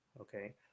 okay